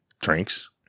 drinks